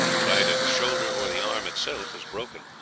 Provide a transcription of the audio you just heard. that either the shoulder or the arm itself was broken.